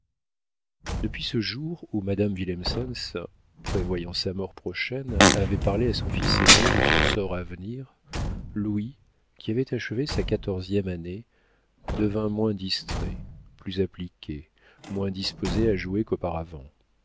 depuis ce jour où madame willemsens prévoyant sa mort prochaine avait parlé à son fils aîné de son sort à venir louis qui avait achevé sa quatorzième année devint moins distrait plus appliqué moins disposé à jouer qu'auparavant